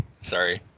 Sorry